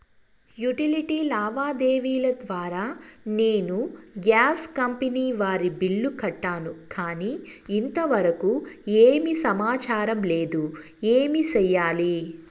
Utility లావాదేవీల ద్వారా నేను గ్యాస్ కంపెని వారి బిల్లు కట్టాను కానీ ఇంతవరకు ఏమి సమాచారం లేదు, ఏమి సెయ్యాలి?